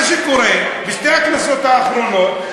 מה שקורה בשתי הכנסות האחרונות,